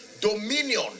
Dominion